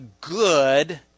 good